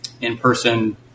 in-person